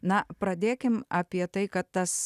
na pradėkim apie tai kad tas